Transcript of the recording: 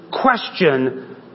question